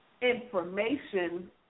information